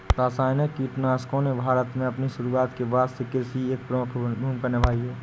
रासायनिक कीटनाशकों ने भारत में अपनी शुरूआत के बाद से कृषि में एक प्रमुख भूमिका निभाई हैं